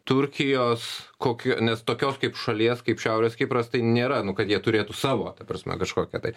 turkijos kokiu nes tokios kaip šalies kaip šiaurės kipras tai nėra nu kad jie turėtų savo ta prasme kažkokią tai